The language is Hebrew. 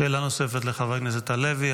שאלה נוספת, לחבר הכנסת הלוי.